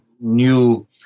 new